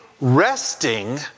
Resting